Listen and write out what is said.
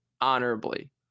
honorably